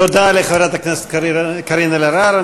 תודה לחברת הכנסת קארין אלהרר.